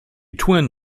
twin